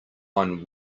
one